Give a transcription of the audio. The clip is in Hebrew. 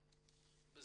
אבל